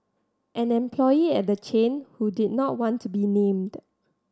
an employee at the chain who did not want to be named